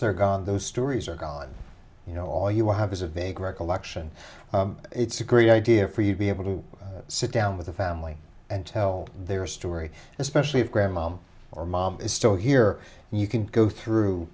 they're gone those stories are gone you know all you have is a vague recollection it's a great idea for you to be able to sit down with the family and tell their story especially if grandma or mom is still here and you can go through